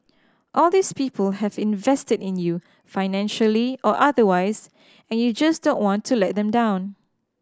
all these people have invested in you financially or otherwise and you just don't want to let them down